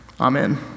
Amen